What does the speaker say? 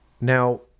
now